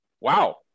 Wow